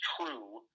true